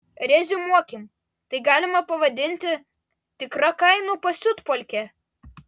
reziumuokim tai galima pavadinti tikra kainų pasiutpolke